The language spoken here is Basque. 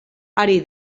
ari